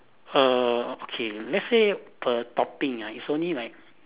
err okay let's say per topping ah is only like